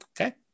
Okay